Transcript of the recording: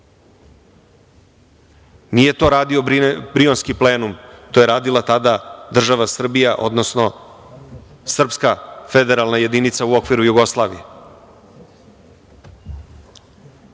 to radio Brionski plenum, to je radila tada država Srbija, odnosno srpska federalna jedinica u okviru Jugoslavije. Kakve